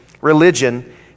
religion